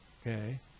Okay